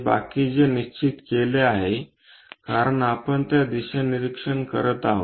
बाकी जे निश्चित केले आहे कारण आपण त्या दिशेने निरीक्षण करीत आहोत